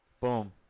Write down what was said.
Boom